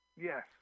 Yes